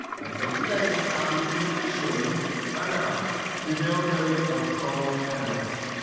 and so today we're happy to officially announce the availability of chrome headless.